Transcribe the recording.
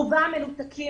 רובם מנותקים.